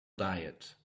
diet